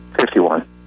Fifty-one